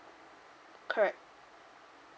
correct